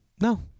No